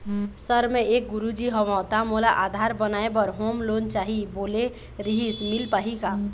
Sir मे एक गुरुजी हंव ता मोला आधार बनाए बर होम लोन चाही बोले रीहिस मील पाही का?